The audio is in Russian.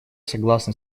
согласны